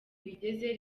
bigeze